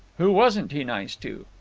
who wasn't he nice too?